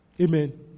Amen